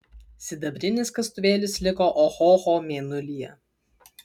sidabrinis kastuvėlis liko ohoho mėnulyje